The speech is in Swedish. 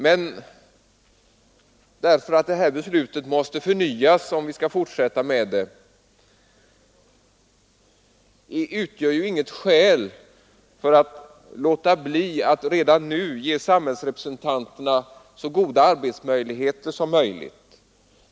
Men det förhållandet att beslutet måste förnyas om vi skall fortsätta med verksamheten hindrar inte att man redan nu ger samhällsrepresentanterna så goda arbetsmöjligheter som möjligt.